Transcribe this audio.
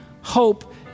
hope